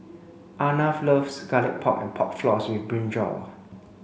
Arnav loves garlic pork and pork floss with brinjal